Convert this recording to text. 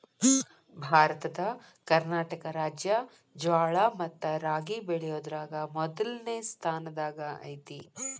ಭಾರತದ ಕರ್ನಾಟಕ ರಾಜ್ಯ ಜ್ವಾಳ ಮತ್ತ ರಾಗಿ ಬೆಳಿಯೋದ್ರಾಗ ಮೊದ್ಲನೇ ಸ್ಥಾನದಾಗ ಐತಿ